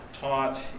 taught